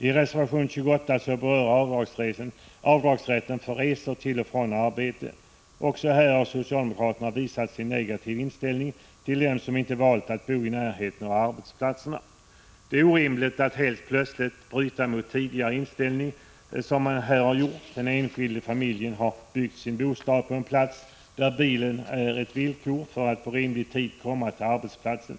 I reservation 28 berörs rätten till avdrag för resor till och från arbetet. Också här har socialdemokraterna visat sin negativa inställning till dem som inte valt att bo i närheten av arbetsplatserna. Det är orimligt att, som man här har gjort, helt plötsligt avvika från en tidigare inställning. Den enskilda familjen har byggt sin bostad på en plats där tillgång till bil är ett villkor för att man på rimlig tid skall komma till arbetsplatsen.